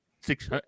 six